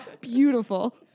Beautiful